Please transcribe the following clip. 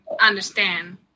understand